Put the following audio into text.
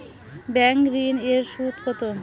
Bank ঋন এর সুদ কত?